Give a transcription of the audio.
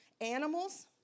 animals